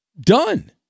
done